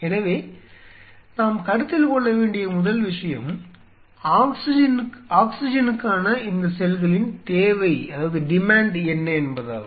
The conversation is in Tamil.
எனவே நாம் கருத்தில் கொள்ள வேண்டிய முதல் விஷயம் ஆக்ஸிஜனுக்கான இந்த செல்களின் தேவை என்ன என்பதாகும்